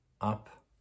up